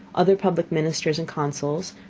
other public ministers and consuls,